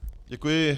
Děkuji.